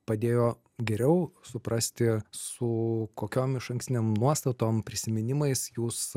padėjo geriau suprasti su kokiom išankstinėm nuostatom prisiminimais jūs